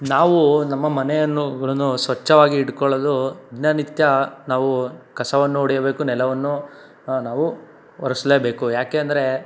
ನಾವು ನಮ್ಮ ಮನೆಯನ್ನು ಗಳನ್ನು ಸ್ವಚ್ಛವಾಗಿ ಇಟ್ಕೊಳ್ಳೋದು ದಿನನಿತ್ಯ ನಾವು ಕಸವನ್ನು ಒಡಿಯಬೇಕು ನೆಲವನ್ನು ನಾವು ಒರೆಸ್ಲೇಬೇಕು ಏಕೆ ಅಂದರೆ